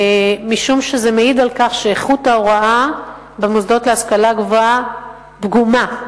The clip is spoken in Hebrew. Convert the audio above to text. משום שזה מעיד על כך שאיכות ההוראה במוסדות להשכלה גבוהה פגומה,